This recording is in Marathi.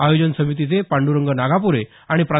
आयोजन समितीचे पांडुरंग नागापुरे आणि प्रा